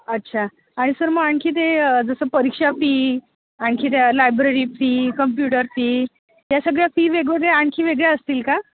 अच्छा आणि सर मग आणखी ते जसं परीक्षा फी आणखी त्या लायब्ररी फी कम्प्युटर फी या सगळ्या फी वेगवेगळ्या आणखी वेगळ्या असतील का